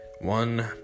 one